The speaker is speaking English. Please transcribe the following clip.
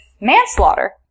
manslaughter